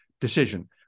decision